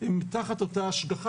הם תחת אותה השגחה.